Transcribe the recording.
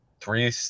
three